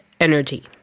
energy